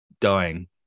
dying